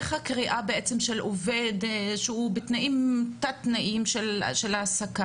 איך מתבצעת הקריאה של העובד שהוא בתת-תנאי העסקה?